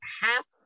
half –